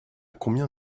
combien